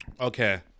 Okay